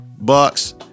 Bucks